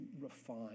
refine